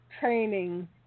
training